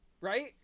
right